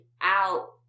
out